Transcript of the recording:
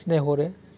सिनाय हरो